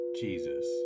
Jesus